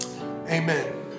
Amen